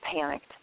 panicked